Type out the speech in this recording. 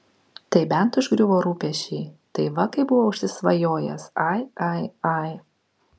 tai bent užgriuvo rūpesčiai tai va kaip buvo užsisvajojęs ai ai ai